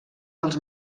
dels